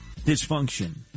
dysfunction